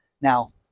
Now